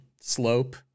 slope